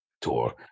tour